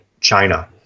china